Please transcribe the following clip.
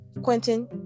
Quentin